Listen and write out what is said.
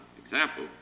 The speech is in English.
example